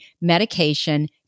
medication